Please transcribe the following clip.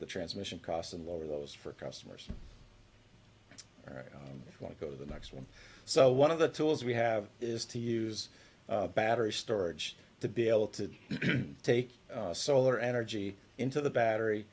the transmission cost and lower those for customers want to go to the next one so one of the tools we have is to use battery storage to be able to take a solar energy into the battery